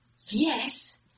yes